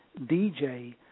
DJ